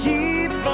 Keep